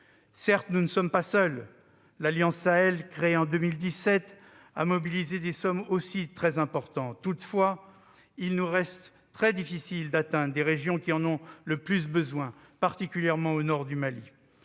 Certes, nous ne sommes pas seuls : l'Alliance Sahel, créée en 2017, a également mobilisé des sommes très importantes. Toutefois, il nous reste très difficile d'atteindre des régions qui en ont le plus besoin, particulièrement au nord du Mali.